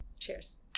Cheers